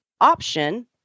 option